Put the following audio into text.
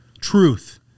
truth